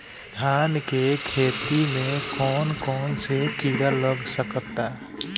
धान के खेती में कौन कौन से किड़ा लग सकता?